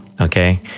okay